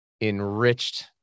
enriched